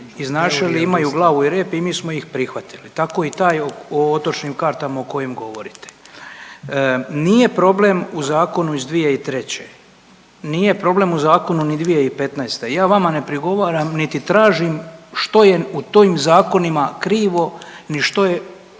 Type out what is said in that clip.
imaju glavu i rep i mi smo ih prihvatili. Tako i taj o otočnim kartama o kojim govorite. Nije problem u zakonu iz 2003., nije problem u zakonu ni 2015. Ja vama ne prigovaram niti tražim što je u tim zakonima krivo, ni što je,